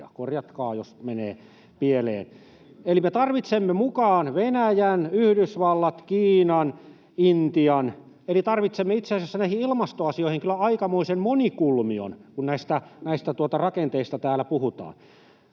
korjatkaa, jos menee pieleen. Eli me tarvitsemme mukaan Venäjän, Yhdysvallat, Kiinan, Intian, eli tarvitsemme itse asiassa näihin ilmastoasioihin kyllä aikamoisen monikulmion, kun näistä rakenteista täällä puhutaan.